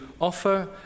offer